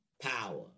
power